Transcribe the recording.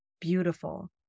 beautiful